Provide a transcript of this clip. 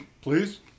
Please